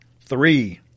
Three